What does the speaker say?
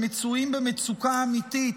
שמצויים במצוקה אמיתית,